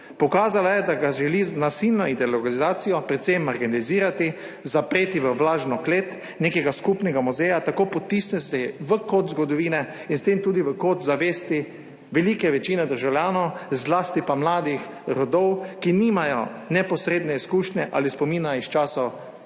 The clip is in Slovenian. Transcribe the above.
Pokazala je, da ga želi z nasilno ideologizacijo predvsem marginalizirati, zapreti v vlažno klet nekega skupnega muzeja, tako potisniti v kot zgodovine in s tem tudi v kot zavesti velike večine državljanov, zlasti pa mladih rodov, ki nimajo neposredne izkušnje ali spomina iz časov